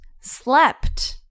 slept